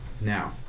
Now